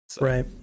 Right